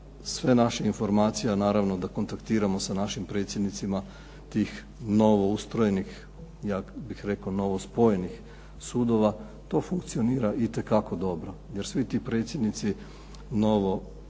sve naše informacije a naravno da kontaktiramo sa našim predsjednicima tih novoustrojenih, ja bih rekao novospojenih sudova. To funkcionira itekako dobro. Jer svi ti predsjednici novoosnovanih